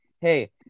hey